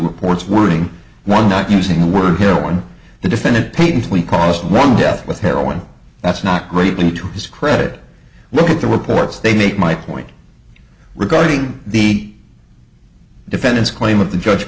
reports wording one not using a word here on the defendant paint we crossed one death with heroin that's not greatly to his credit look at the reports they make my point regarding the defendant's claim of the judge